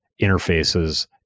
interfaces